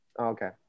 Okay